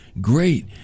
great